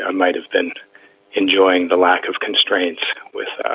ah might have been enjoying the lack of constraints with.